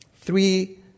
Three